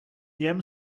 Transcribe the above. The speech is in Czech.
něm